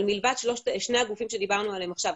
אבל מלבד שני הגופים שדיברנו עליהם עכשיו,